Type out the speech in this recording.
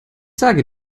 sage